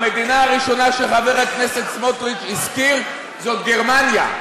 המדינה הראשונה שחבר הכנסת סמוטריץ הזכיר היא גרמניה,